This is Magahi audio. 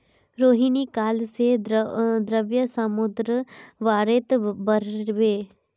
रोहिणी काल से द्रव्य मुद्रार बारेत पढ़बे